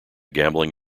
gambling